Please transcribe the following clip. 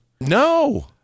no